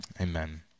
amen